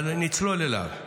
אבל נצלול אליו.